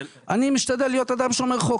אני משתדל להיות אדם שומר חוק.